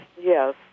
Yes